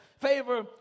favor